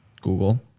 Google